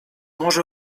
może